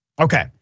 okay